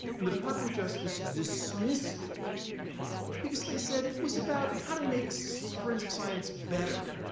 and the department of justice dismissed it because they said it was about how to make so forensic science better.